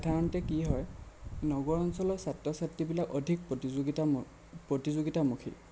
সাধাৰণতে কি হয় নগৰ অঞ্চলৰ ছাত্ৰ ছাত্ৰীবিলাক অধিক প্ৰতিযোগিতা প্ৰতিযোগিতামুখী